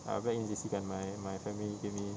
err back in J_C kan my my family gave me